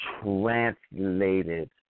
translated